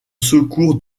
secours